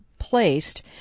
Placed